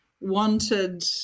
wanted